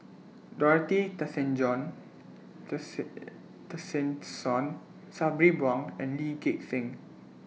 Dorothy Tessen John Tessensohn Sabri Buang and Lee Gek Seng